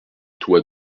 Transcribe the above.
toits